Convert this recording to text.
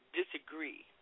disagree